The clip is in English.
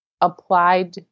applied